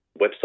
website